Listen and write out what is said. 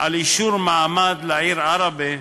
על אישור מעמד לעיר עראבה,